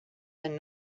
than